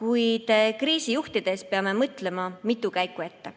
Kuid kriisi juhtides peame mõtlema mitu käiku ette.